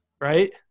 Right